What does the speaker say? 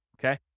okay